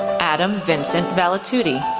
adam vincent valletutti,